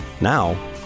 Now